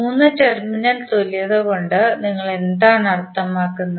3 terminal തുല്യത കൊണ്ട് നിങ്ങൾ എന്താണ് അർത്ഥമാക്കുന്നത്